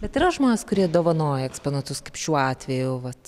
bet yra žmonės kurie dovanoja eksponatus kaip šiuo atveju vat